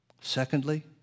Secondly